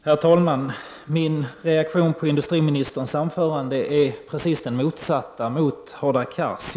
Fru talman! Min reaktion på industriministerns anförande är precis den motsatta mot Hadar Cars.